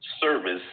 service